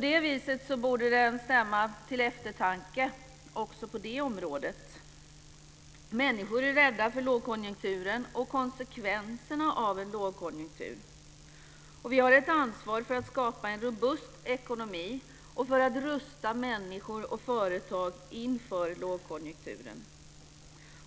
Det borde stämma till eftertanke också på det området. Människor är rädda för lågkonjunkturen och konsekvenserna av en lågkonjunktur. Vi har ett ansvar för att skapa en robust ekonomi och för att rusta människor och företag inför lågkonjunkturen.